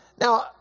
Now